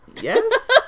Yes